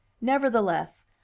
Nevertheless